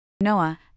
Noah